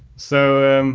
so, um